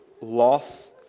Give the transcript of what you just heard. loss